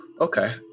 okay